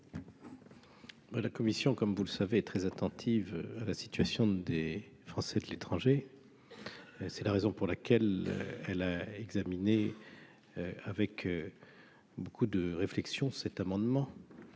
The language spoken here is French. La Commission comme vous le savez très attentive à la situation des Français de l'étranger, c'est la raison pour laquelle elle a examiné avec beaucoup de réflexions, cet amendement